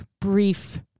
brief